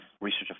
research